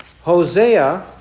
Hosea